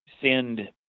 send